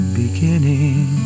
beginning